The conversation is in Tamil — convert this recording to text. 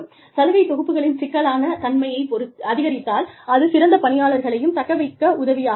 சலுகை தொகுப்புகளின் சிக்கலான தன்மையை அதிகரித்தால் அது சிறந்த பணியாளர்களையும் தக்க வைக்க உதவியாக இருக்கும்